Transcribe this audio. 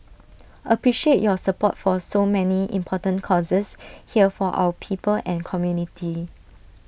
appreciate your support for so many important causes here for our people and community